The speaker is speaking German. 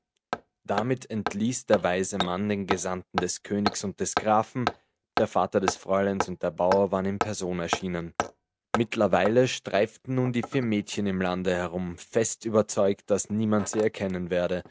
damit entließ der weise mann den gesandten des königs und des grafen der vater des fräuleins und der bauer waren in person erschienen mittlerweile streiften nun die vier mädchen im lande herum fest überzeugt daß niemand sie erkennen werde